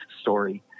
story